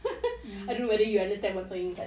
I don't know whether you understand what I'm saying but